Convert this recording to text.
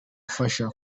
ufasha